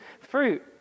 fruit